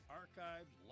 archived